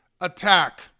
attack